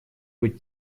быть